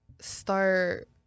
start